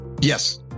yes